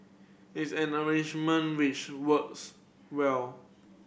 it's an arrangement which works well